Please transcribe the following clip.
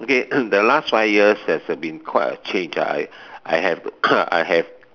okay the last five years has been quite a change ah I I have I have